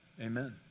Amen